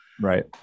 Right